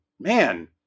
man